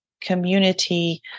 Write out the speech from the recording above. community